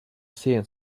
seen